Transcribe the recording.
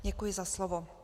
Děkuji za slovo.